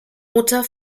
mutter